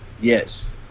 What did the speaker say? Yes